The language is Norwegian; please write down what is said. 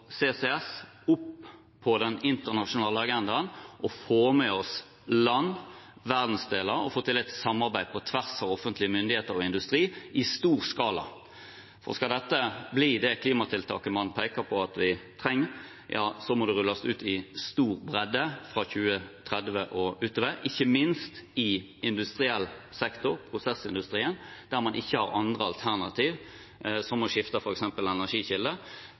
CCS opp på den internasjonale agendaen og få med oss land og verdensdeler og få til et samarbeid på tvers av offentlige myndigheter og industri i stor skala. For skal dette bli det klimatiltaket man peker på at vi trenger, må det rulles ut i stor bredde fra 2030 og utover, ikke minst i industriell sektor, i prosessindustrien, der man ikke har andre alternativ, som f.eks. å skifte energikilde, fordi man har CO 2 -utslipp som del av